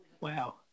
wow